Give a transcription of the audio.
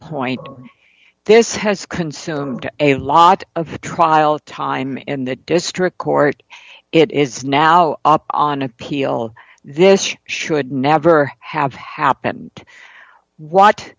point this has consumed a lot of the trial time in the district court it is now on appeal this should never have happened what